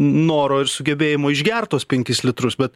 noro ir sugebėjimo išgert tuos penkis litrus bet